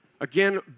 Again